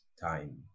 time